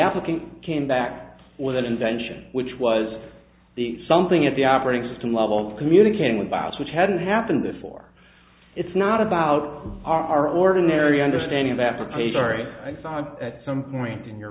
applicant came back with an invention which was the something at the operating system level communicating with bios which hadn't happened before it's not about our ordinary understanding of after page ari at some point in your